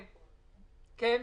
כן, אייל.